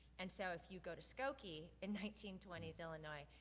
and so, if you go to skokie in nineteen twenty s illinois,